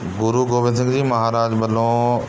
ਗੁਰੂ ਗੋਬਿੰਦ ਸਿੰਘ ਜੀ ਮਹਾਰਾਜ ਵੱਲੋਂ